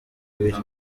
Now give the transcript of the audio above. ibiri